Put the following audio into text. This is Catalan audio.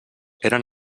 eren